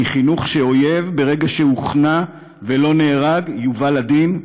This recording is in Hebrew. מחינוך שאויב, ברגע שהוכנע ולא נהרג, יובא לדין,